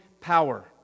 power